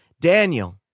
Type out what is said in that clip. Daniel